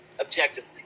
Objectively